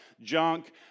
junk